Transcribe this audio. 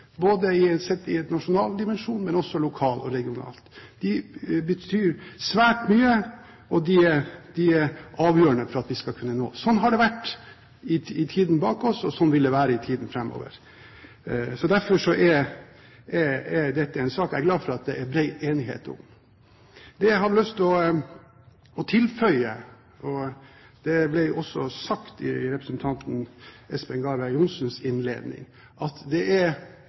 i vår helse- og omsorgspolitikk, både sett i en nasjonal dimensjon og lokalt og regionalt. De betyr svært mye, og de er avgjørende for at vi skal kunne nå målene. Sånn har det vært tidligere, og sånn vil det være i tiden framover. Derfor er dette en sak jeg er glad for at det er bred enighet om. Det jeg har lyst til å tilføye – det ble også sagt i representanten Espen Granberg Johnsens innledning – er at det ikke bare er